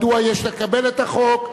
מדוע יש לקבל את החוק,